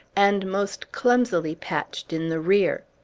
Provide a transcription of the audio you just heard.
and most clumsily patched in the rear.